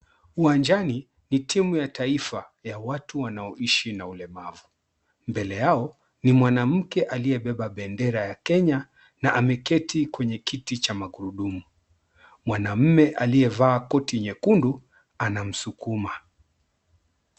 Uwanjani ni timu ya taifa ya watu wanaoishi na ulemavu. Mbele yao ni mwanamke aliyebeba bendera ya Kenya na ameketi kwenye kiti cha magurudumu. Mwanaume aliyevaa koti nyekundu anamsukuma.